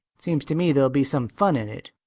seems to me there'll be some fun in it.